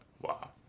Wow